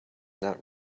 not